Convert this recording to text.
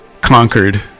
conquered